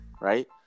Right